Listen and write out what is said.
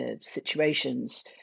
situations